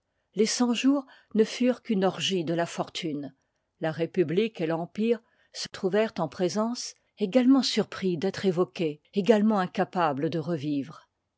les cent-jours ne furent qu'une orgie de la fortune la république et l'empire se trouvèrent en présence également surpris d'être évoqués également incapables de revivre